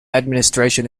administration